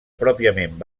pròpiament